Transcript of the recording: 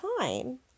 time